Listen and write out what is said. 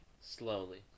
slowly